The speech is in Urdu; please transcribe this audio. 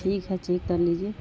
ٹھیک ہے چیک کر لیجیے